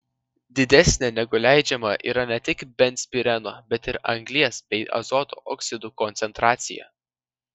didesnė negu leidžiama yra ne tik benzpireno bet ir anglies bei azoto oksidų koncentracija